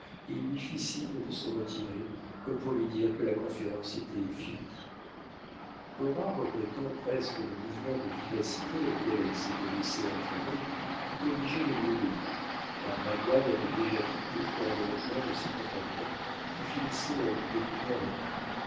et il lui fit signe de se retirer comme pour lui dire que la conférence était finie or regrettant presque le mouvement de vivacité auquel elle s'était laissé entraîner fut obligée de lui obéir car magua l'avait déjà quittée pour aller rejoindre ses compagnons qui finissaient leur dégoûtant repas